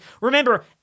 remember